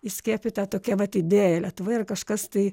įskiepyta tokia vat idėja lietuva yra kažkas tai